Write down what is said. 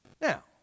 Now